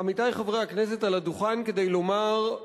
עמיתי חברי הכנסת, על הדוכן כדי לומר: